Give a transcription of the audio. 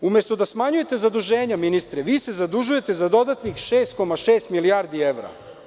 Umesto da smanjujete zaduženja, ministre, vi se zadužujete za dodatnih 6,6 milijardi evra.